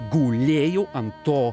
gulėjau ant to